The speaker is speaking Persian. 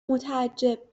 متعجب